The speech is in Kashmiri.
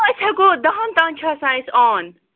أسۍ ہٮ۪کو دَہَن تانۍ چھِ آسان اَسہِ آن